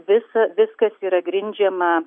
visa viskas yra grindžiama